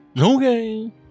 Okay